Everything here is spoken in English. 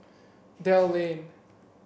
Dell Lane